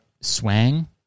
swang